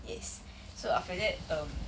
yes so after that um